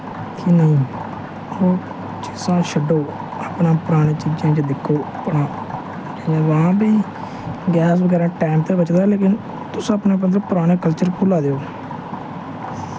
कि नेईं हून चीजां छड्डो अपने परानी चीजें च दिक्खो अपने हां भाई गैस बगैरा टैम ते बचदा पर तुस अपना मतलब पराना कल्चर भुल्ला दे ओ